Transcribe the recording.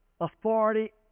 authority